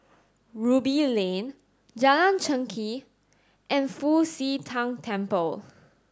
Ruby Lane Jalan Chengkek and Fu Xi Tang Temple